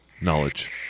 knowledge